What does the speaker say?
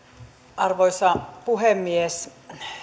arvoisa puhemies